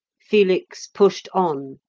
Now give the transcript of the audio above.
felix pushed on,